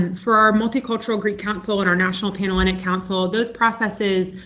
and for our multicultural greek council and our national pan-hellenic council, those processes,